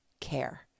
care